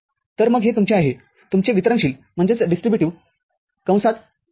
तर मग हे तुमचे आहे तुमचे वितरणशील आहे ठीक आहे